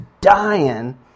dying